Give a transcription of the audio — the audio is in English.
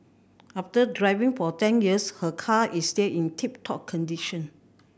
after driving for ten years her car is still in tip top condition